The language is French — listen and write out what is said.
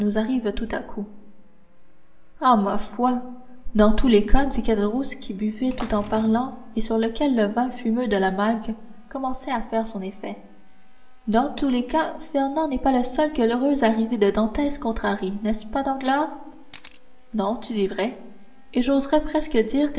tout à coup ah ma foi dans tous les cas dit caderousse qui buvait tout en parlant et sur lequel le vin fumeux de la malgue commençait à faire son effet dans tous les cas fernand n'est pas le seul que l'heureuse arrivée de dantès contrarie n'est-ce pas danglars non tu dis vrai et j'oserais presque dire